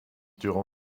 durant